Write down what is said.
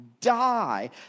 die